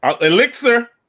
Elixir